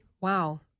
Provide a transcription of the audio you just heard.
wow